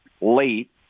late